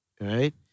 right